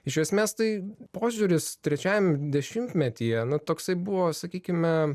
iš esmės tai požiūris trečiajam dešimtmetyje na toksai buvo sakykime